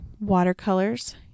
watercolors